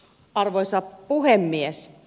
arvoisa puhemies